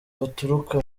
baturuka